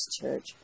Church